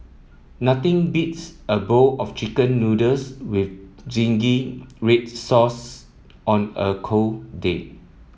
nothing beats a bowl of chicken noodles with zingy red sauce on a cold day